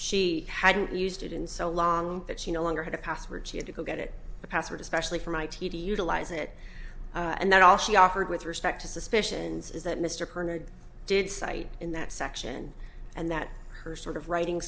she hadn't used it in so long that she no longer had a password she had to go get it the password especially from i t to utilize it and that all she offered with respect to suspicions is that mr koenig did cite in that section and that her sort of writing